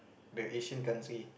the Asian country